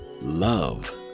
love